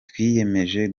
twiyemeje